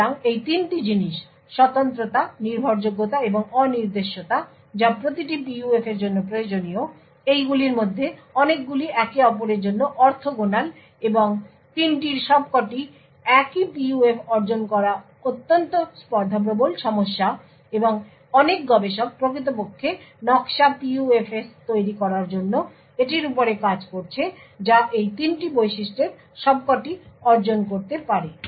সুতরাং এই 3টি জিনিস স্বতন্ত্রতা নির্ভরযোগ্যতা এবং অনির্দেশ্যতা যা প্রতিটি PUF এর জন্য প্রয়োজনীয় এইগুলির মধ্যে অনেকগুলি একে অপরের জন্য অর্থোগোনাল এবং 3টির সবকটি এবং একই PUF অর্জন করা অত্যন্ত স্পর্ধাপ্রবল সমস্যা এবং অনেক গবেষক প্রকৃতপক্ষে নকশা PUFs তৈরি করার জন্য এটির উপরে কাজ করছে যা এই 3টি বৈশিষ্ট্যের সবকটি অর্জন করতে পারে